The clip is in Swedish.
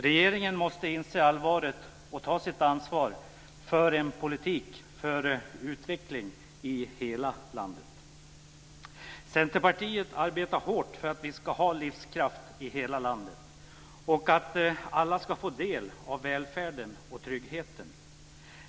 Regeringen måste inse allvaret och ta sitt ansvar för en politik för utveckling i hela landet. Centerpartiet arbetar hårt för att vi ska ha livskraft i hela landet och för att alla ska få del av välfärden och tryggheten.